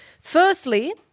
Firstly